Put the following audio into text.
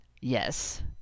Yes